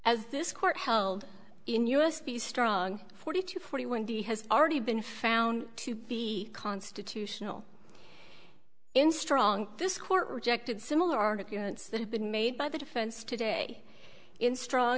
as this court held in us the strong forty two forty one d has already been found to be constitutional in strong this court rejected similar arguments that have been made by the defense today in strong